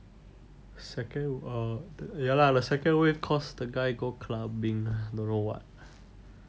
second err ya lah the second wave cause the guy go clubbing don't know what